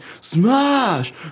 smash